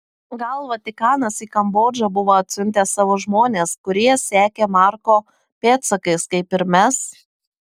gal vatikanas į kambodžą buvo atsiuntęs savo žmones kurie sekė marko pėdsakais kaip ir mes